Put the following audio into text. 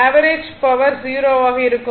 average power 0 ஆக இருக்கும்